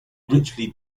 richly